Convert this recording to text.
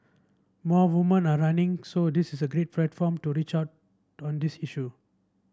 more woman are running so this is a great platform to reach out to on this issue